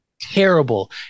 terrible